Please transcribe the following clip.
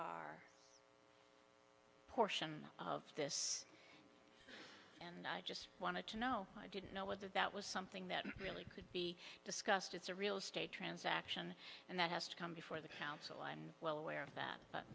our portion of this and i just wanted to know i didn't know whether that was something that really could be discussed it's a real estate transaction and that has to come before the council and well aware of that but